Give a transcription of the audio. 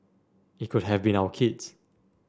it could have been our kids